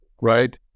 right